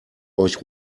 euch